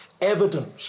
evidence